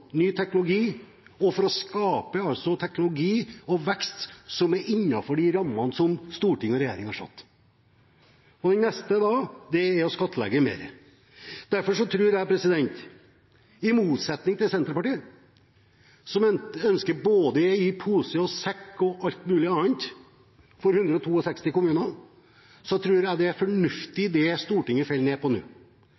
ny teknologi, og for å skape teknologi og vekst som er innenfor de rammene som storting og regjering har satt. Det neste er da å skattlegge mer. Derfor tror jeg, i motsetning til Senterpartiet, som ønsker i både pose og sekk og alt mulig annet for 162 kommuner, at det er fornuft i det